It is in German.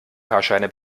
fahrscheine